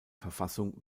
verfassung